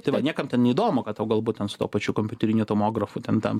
tai va niekam ten neįdomu kad tau galbūt ten su tuo pačiu kompiuteriniu tomografu ten tam